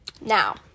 now